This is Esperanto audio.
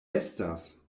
estas